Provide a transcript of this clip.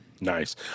Nice